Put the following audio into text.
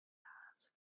asked